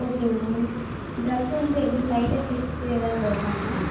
ஓகேங்க ma'am drug வந்து எப்படி சைடு எஃபெக்ட்ஸ் எதாவது வருமாங்க மேம்